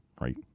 right